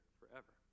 forever